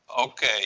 Okay